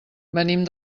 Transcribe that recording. venim